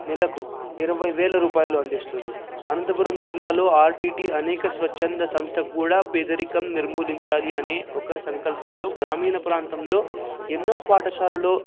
నెలకు ఇరవై వేల రూపాయలు అందిస్తుంది అనంతపురం జిల్లాలో ఆర్డీటీ అనేక స్వచ్ఛంద సంస్థ కూడా పేదరికం నిర్మూలించాలి అని ఒక సంకల్పంతో గ్రామీణ ప్రాంతంలో ఎన్నో పాఠశాలలో